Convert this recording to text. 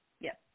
Yes